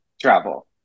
travel